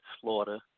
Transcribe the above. slaughter